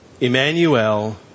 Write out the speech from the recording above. Emmanuel